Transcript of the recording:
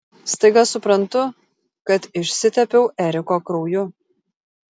staiga suprantu kad išsitepiau eriko krauju